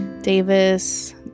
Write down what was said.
Davis